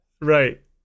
right